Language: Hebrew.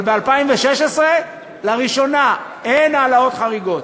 אבל ב-2016 לראשונה אין העלאות חריגות.